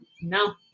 No